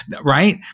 right